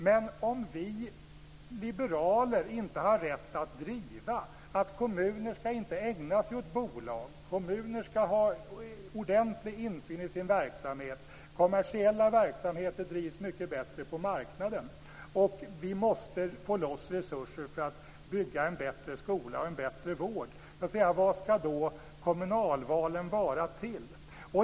Men om vi liberaler inte har rätt att driva att kommuner inte skall ägna sig åt bolag utan att de skall ha ordentlig insyn i sin verksamhet - kommersiella verksamheter drivs mycket bättre på marknaden, och vi måste få loss resurser för att bygga en bättre skola och en bättre vård - vad skall då kommunalvalen vara till?